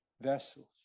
vessels